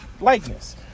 likeness